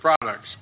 products